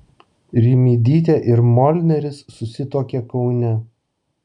rimydytė ir molneris susituokė kaune